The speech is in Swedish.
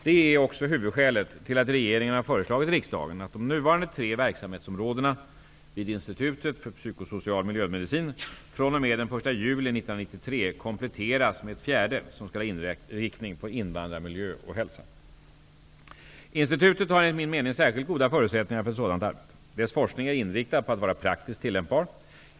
Detta är också huvudskälet till att regeringen har föreslagit riksdagen att de nuvarande tre verksamhetsområdena vid Institutet för psykosocial miljömedicin fr.o.m. den 1 juli 1993 kompletteras med ett fjärde som skall ha inriktning på invandrarmiljö och hälsa. Institutet har enligt min mening särskilt goda förutsättningar för ett sådant arbete. Dess forskning är inriktad på att vara praktiskt tillämpbar.